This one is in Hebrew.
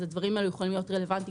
אז הדברים האלו יכולים להיות רלוונטיים